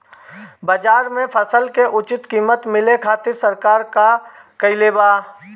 बाजार में फसल के उचित कीमत मिले खातिर सरकार का कईले बाऽ?